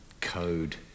code